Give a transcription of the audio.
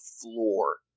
floor